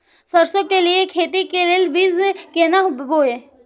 सरसों के लिए खेती के लेल बीज केना बोई?